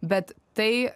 bet tai